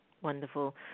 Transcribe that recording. Wonderful